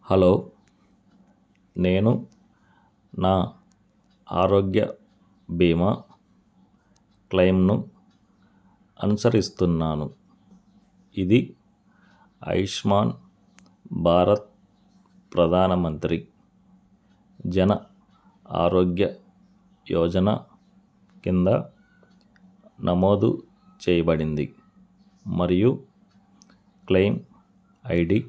hello నేను నా ఆరోగ్య బీమా క్లెయిమ్ను అనుసరిస్తున్నాను ఇది ఆయుష్మాన్ భారత్ ప్రధానమంత్రి జన ఆరోగ్య యోజన కింద నమోదు చేయబడింది మరియు క్లెయిమ్ ఐడి